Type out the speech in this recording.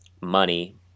money